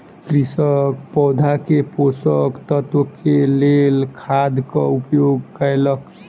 कृषक पौधा के पोषक तत्वक लेल खादक उपयोग कयलक